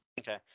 Okay